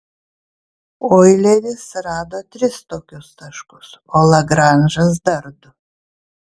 oileris rado tris tokius taškus o lagranžas dar du